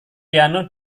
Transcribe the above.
piano